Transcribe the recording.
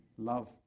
Love